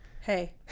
hey